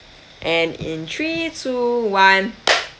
and in three two one